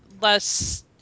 less